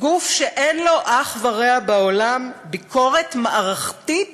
גוף שאין לו אח ורע בעולם, ביקורת מערכתית